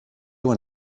when